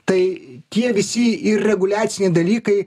tai tie visi ir reguliaciniai dalykai